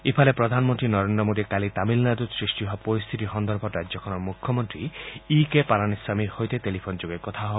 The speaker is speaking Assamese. ইফালে প্ৰধানমন্ত্ৰী নৰেন্দ্ৰ মোডীয়ে কালি তামিলনাড়ত সৃষ্টি হোৱা পৰিস্থিতি সন্দৰ্ভত ৰাজ্যখনৰ মুখ্যমন্ত্ৰী ই কে পালানিস্বমীৰ সৈতে টেলিফোনযোগে কথা হয়